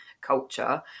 culture